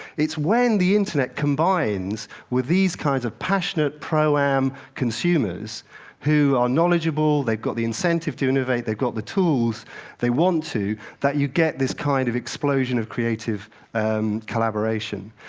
it's when the internet combines with these kinds of passionate pro-am consumers who are knowledgeable they've got the incentive to innovate they've got the tools they want to that you get this kind of explosion of creative um collaboration.